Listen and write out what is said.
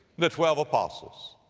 the twelve apostles.